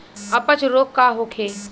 अपच रोग का होखे?